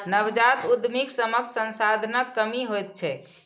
नवजात उद्यमीक समक्ष संसाधनक कमी होइत छैक